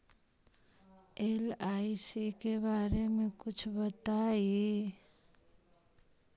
LIC के बारे मे कुछ बताई?